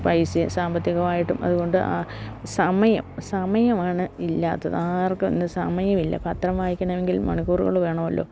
പൈസയും സാമ്പത്തികമായിട്ടും അതു കൊണ്ട് ആ സമയം സമയമാണ് ഇല്ലാത്തത് ആർക്കും ഇന്ന് സമയമില്ല പത്രം വായിക്കണമെങ്കിൽ മണിക്കൂറുകൾ വേണമല്ലോ